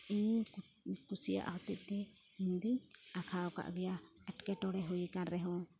ᱤᱧᱤᱧ ᱠᱩᱥᱤᱭᱟᱜ ᱦᱚᱛᱮᱫ ᱛᱮ ᱤᱧᱫᱩᱧ ᱟᱸᱠᱷᱟᱣ ᱟᱠᱟᱫ ᱜᱮᱭᱟ ᱮᱴᱠᱮᱴᱚᱬᱮ ᱦᱩᱭᱟᱠᱟᱱ ᱨᱮᱦᱚᱸ